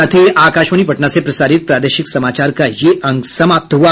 इसके साथ ही आकाशवाणी पटना से प्रसारित प्रादेशिक समाचार का ये अंक समाप्त हुआ